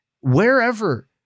wherever